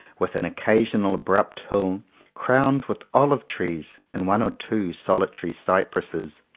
with an occasional abrupt hill crowned with olive-trees and one or two solitary cypresses.